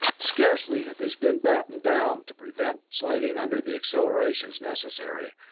scarcely had these been battened down to prevent sliding under the accelerations necessary,